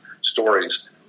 stories